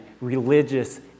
religious